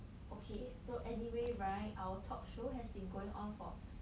okay so anyway right our talk show has been going on for